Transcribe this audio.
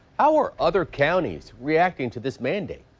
our other counties reacting to this man did.